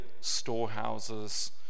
storehouses